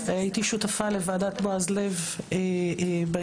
הייתי שותפה לוועדת בועז לב בעניין.